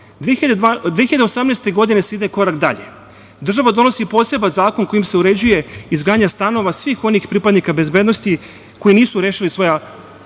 2018. se ide korak dalje. Država donosi poseban zakon kojim se uređuje izgradnja stanova svih onih pripadnika bezbednosti, koji nisu rešili svoj